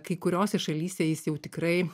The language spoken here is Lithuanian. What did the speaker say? kai kuriose šalyse jis jau tikrai